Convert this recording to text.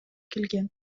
келген